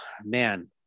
man